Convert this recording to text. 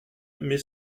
mais